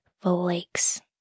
flakes